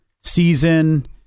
season